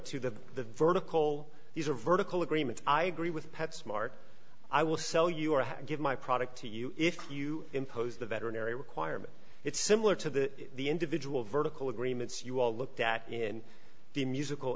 to the the vertical these are vertical agreement i agree with pet smart i will sell you or give my product to you if you impose the veterinary requirement it's similar to the individual vertical agreements you all looked at in the musical